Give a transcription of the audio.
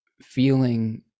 feeling